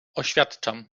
oświadczam